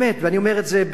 ואני אומר את זה בצער,